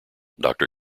doctor